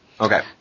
Okay